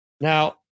Now